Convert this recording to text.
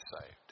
saved